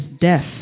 death